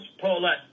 Paula